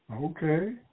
Okay